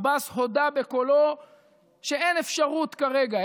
עבאס הודה בקולו שאין אפשרות כרגע,